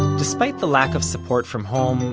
despite the lack of support from home,